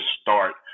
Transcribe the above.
start